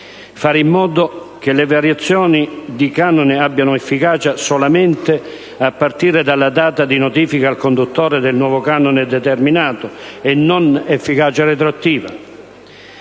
fare in modo che le variazioni di canone abbiano efficacia solamente a partire dalla data di notifica al conduttore del nuovo canone determinato, e non efficacia retroattiva;